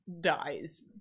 dies